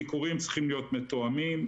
הביקורים צריכים להיות מתואמים.